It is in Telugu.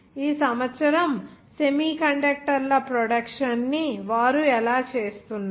ఈ సంవత్సరం సెమీకండక్టర్ల ప్రొడక్షన్ ని వారు ఎలా చేస్తున్నారు